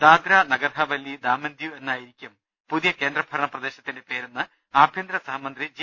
ദാദ്ര നഗർഹാവല്ലി ദാമൻ ദിയു എന്നായിരിക്കും പുതിയ കേന്ദ്ര ഭരണ പ്രദേശത്തിന്റെ പേരെന്ന് ആഭ്യന്തര സഹമന്ത്രി ജി